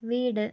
വീട്